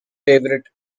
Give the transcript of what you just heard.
favourite